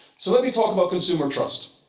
so let me talk about consumer trust.